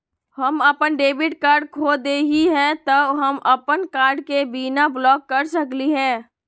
हम अपन debit card खो दे ही, त हम अप्पन कार्ड के केना ब्लॉक कर सकली हे?